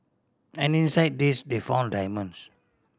and inside this they found diamonds